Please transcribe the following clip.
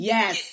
Yes